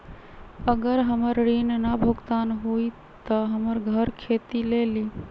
अगर हमर ऋण न भुगतान हुई त हमर घर खेती लेली?